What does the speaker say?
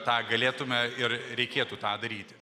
tą galėtume ir reikėtų tą daryti